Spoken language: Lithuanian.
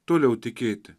toliau tikėti